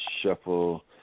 shuffle